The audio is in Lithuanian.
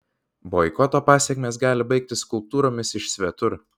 boikoto pasekmės gali baigtis skulptūromis iš svetur